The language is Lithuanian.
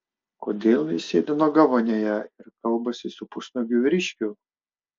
kodėl ji sėdi nuoga vonioje ir kalbasi su pusnuogiu vyriškiu